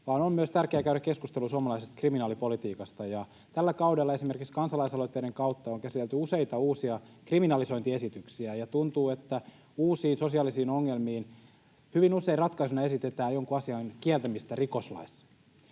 vaan on tärkeää käydä keskustelu myös suomalaisesta kriminaalipolitiikasta. Tällä kaudella esimerkiksi kansalaisaloitteiden kautta on käsitelty useita uusia kriminalisointiesityksiä, ja tuntuu, että uusiin sosiaalisiin ongelmiin hyvin usein ratkaisuna esitetään jonkun asian kieltämistä rikoslaissa.